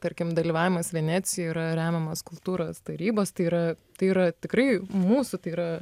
tarkim dalyvavimas venecijo yra remiamas kultūros tarybos tai yra tai yra tikrai mūsų tai yra